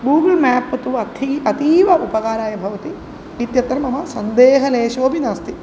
Google map अथवा अथ अतीव उपकाराय भवति इत्यत्र मम सन्देहलेशोऽपि नास्ति